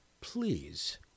please